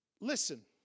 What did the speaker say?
Listen